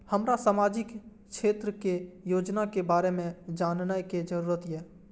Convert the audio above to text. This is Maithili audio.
हमरा सामाजिक क्षेत्र के योजना के बारे में जानय के जरुरत ये?